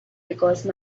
because